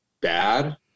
bad